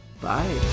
Bye